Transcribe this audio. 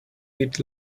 eat